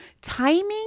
timing